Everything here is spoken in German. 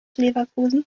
leverkusen